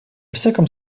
всяком